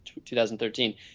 2013